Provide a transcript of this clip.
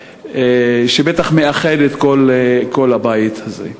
שבטח מאחד את כל הבית הזה.